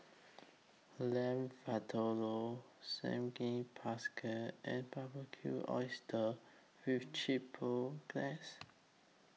Lamb Vindaloo and Barbecued Oysters with Chipotle Glaze